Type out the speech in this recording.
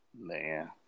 Man